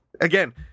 again